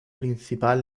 principal